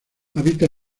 habita